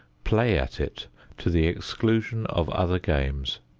play at it to the exclusion of other games.